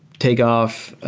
takeoff,